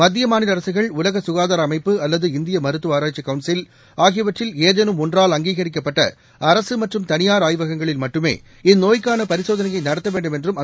மத்திய மாநில அரசுகள் உலக சுகாதார அமைப்பு அல்லது இந்திய மருத்துவ ஆராய்ச்சி கவுன்சில் ஆகியவற்றில் ஏதேனும் ஒன்றால் அங்கீகரிக்கப்பட்ட அரசு மற்றும் தனியார் ஆய்வகங்களில் மட்டுமே இந்நோய்க்கானபரிசோதனைய நடத்த வேண்டும் என்றும் அந்த அமா்வு கட்டிக்காட்டியுள்ளது